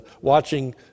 watching